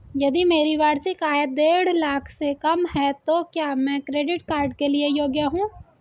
यदि मेरी वार्षिक आय देढ़ लाख से कम है तो क्या मैं क्रेडिट कार्ड के लिए योग्य हूँ?